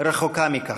רחוקה מכך.